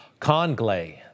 Conglay